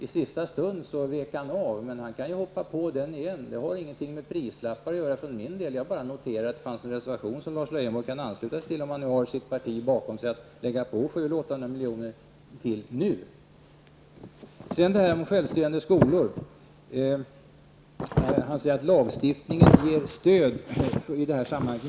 I sista stund vek han av, men han kan ju hoppa på den summan igen. Jag hade alltså inga prislappar, utan jag bara konstaterade att det finns en reservation som Lars Leijonborg kan ansluta sig till om han kan få sitt parti bakom sig i fall han vill lägga på mellan 700 och 800 milj.kr. Så till frågan om självstyrande skolor. Lars Leijonborg säger att lagstiftningen är ett stöd i det sammanhanget.